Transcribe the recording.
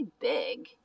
big